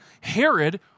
Herod